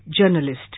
journalist